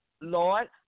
Lord